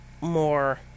more